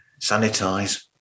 Sanitize